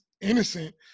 innocent